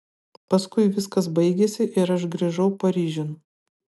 paskui viskas baigėsi ir aš grįžau paryžiun